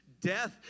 death